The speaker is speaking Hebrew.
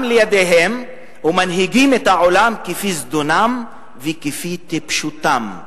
לידיהם ומנהיגים את העולם כפי זדונם וכפי טיפשותם".